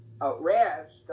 arrest